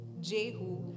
Jehu